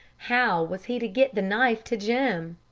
how was he to get the knife to jim?